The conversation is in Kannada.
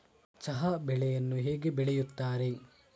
ಚಹಾ ಬೆಳೆಯನ್ನು ಹೇಗೆ ಬೆಳೆಯುತ್ತಾರೆ?